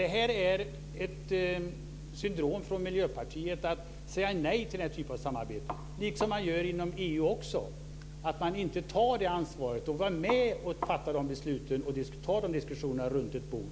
Det är ett syndrom som är typiskt för Miljöpartiet att säga nej till den här typen av samarbete. Detsamma gör man inom EU. Man tar inte det ansvaret, är inte med om att fatta dessa beslut och tar inte diskussionerna runt ett bord.